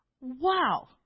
Wow